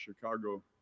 Chicago